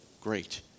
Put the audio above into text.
great